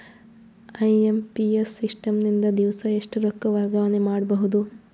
IMPS system ನಿಂದ ದಿವಸಾ ಎಷ್ಟ ರೊಕ್ಕ ವರ್ಗಾವಣೆ ಮಾಡಬಹುದು?